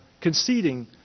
conceding